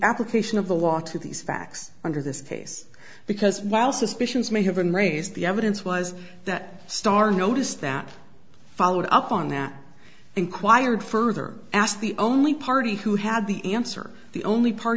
application of the law to these facts under this case because while suspicions may have been raised the evidence was that starr noticed that followed up on that inquired further asked the only party who had the answer the only part